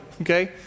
Okay